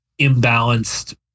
imbalanced